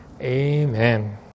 Amen